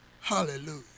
hallelujah